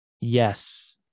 Yes